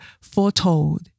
foretold